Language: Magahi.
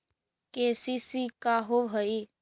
के.सी.सी का होव हइ?